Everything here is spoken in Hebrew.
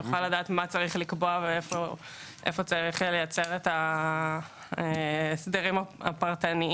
נוכל לדעת מה צריך לקבוע בתקנות ואיפה צריך לייצר הסדרים פרטניים.